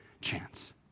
chance